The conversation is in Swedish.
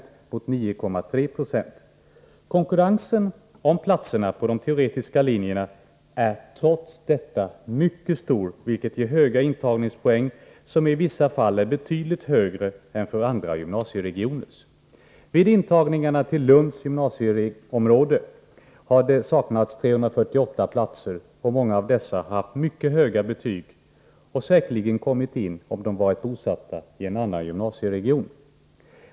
Konkurrensen om platserna på de teoretiska linjerna är trots detta mycket stor, vilket ger höga intagningspoäng — i vissa fall betydligt högre än för övriga gymnasieregioner. Vid intagningarna till Lunds gynmasieområde har det saknats 348 platser, och många av de sökande till platserna har haft mycket höga betyg och skulle säkerligen ha kommit in, om de varit bosatta i en annan gymnasieregion.